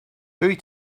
three